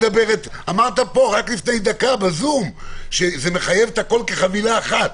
אמרת פה רק לפני דקה שזה מחייב הכול כחבילה אחת.